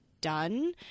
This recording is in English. done